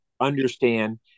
understand